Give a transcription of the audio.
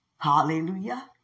Hallelujah